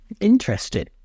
interesting